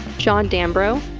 john danvero,